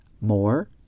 more